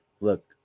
look